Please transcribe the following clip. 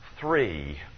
Three